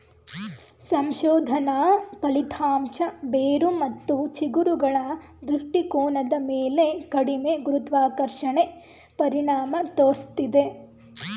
ಸಂಶೋಧನಾ ಫಲಿತಾಂಶ ಬೇರು ಮತ್ತು ಚಿಗುರುಗಳ ದೃಷ್ಟಿಕೋನದ ಮೇಲೆ ಕಡಿಮೆ ಗುರುತ್ವಾಕರ್ಷಣೆ ಪರಿಣಾಮ ತೋರ್ಸಿದೆ